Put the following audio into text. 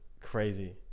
crazy